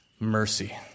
mercy